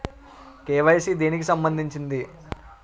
KYC దేనికి సంబందించింది?